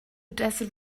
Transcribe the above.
desert